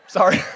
Sorry